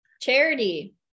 charity